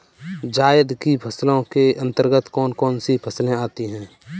जायद की फसलों के अंतर्गत कौन कौन सी फसलें आती हैं?